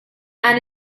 and